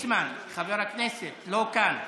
חבר הכנסת ליצמן, לא כאן,